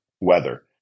weather